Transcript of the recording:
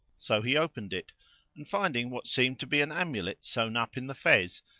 so he opened it and, finding what seemed to be an amulet sewn up in the fez,